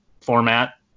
format